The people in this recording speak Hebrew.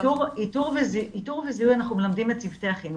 איתור וזיהוי אנחנו מלמדים את צוותי החינוך.